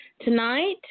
Tonight